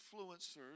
influencers